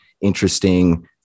interesting